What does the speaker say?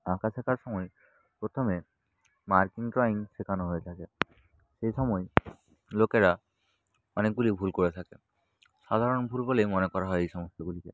আঁকা শেখার সময় প্রথমে মার্কিং ড্রয়িং শেখানো হয়ে থাকে সেই সময় লোকেরা অনেকগুলি ভুল করে থাকে সাধারণ ভুল বলেই মনে করা হয় এই সমস্তগুলিকে